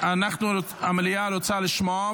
המליאה רוצה לשמוע,